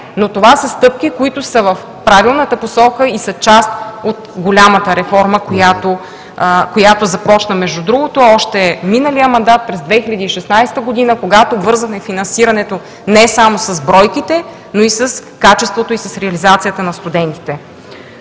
Не! Това са стъпки, които са в правилната посока и са част от голямата реформа, която започна, между другото, още миналия мандат – през 2016 г., когато вързахме финансирането не само с бройките, но и с качеството, и с реализацията на студентите.